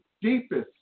deepest